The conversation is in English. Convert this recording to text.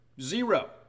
Zero